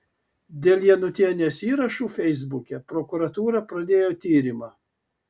dėl janutienės įrašų feisbuke prokuratūra pradėjo tyrimą